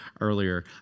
earlier